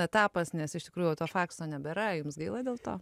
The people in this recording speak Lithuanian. etapas nes iš tikrųjų jau to fakso nebėra jums gaila dėl to